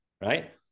right